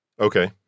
Okay